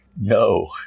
No